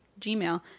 Gmail